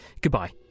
goodbye